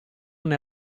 nel